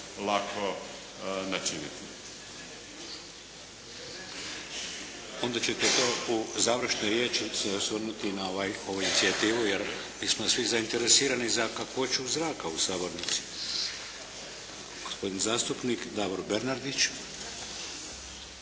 Vladimir (HDZ)** Onda ćete to u završnoj riječi se osvrnuti na ovu inicijativu, jer mi smo svi zainteresirani za kakvoću zraka u sabornici. Gospodin zastupnik Davor Bernardić.